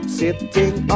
sitting